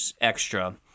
extra